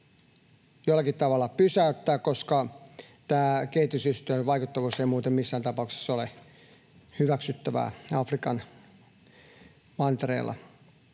jollakin tavalla pysäyttää, koska kehitysyhteistyön vaikuttavuus ei muuten missään tapauksessa ole hyväksyttävää Afrikan mantereella.